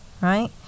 right